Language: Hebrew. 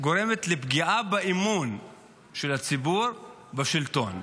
גורמת לפגיעה באמון של הציבור בשלטון,